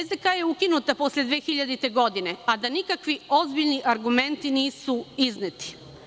SDK je ukinuta 2000. godine, a da nikakvi ozbiljni argumenti nisu izneti.